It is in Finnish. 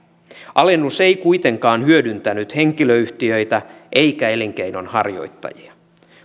alennus ei kuitenkaan hyödyttänyt henkilöyhtiöitä eikä elinkeinonharjoittajia